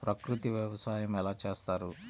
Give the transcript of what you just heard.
ప్రకృతి వ్యవసాయం ఎలా చేస్తారు?